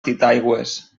titaigües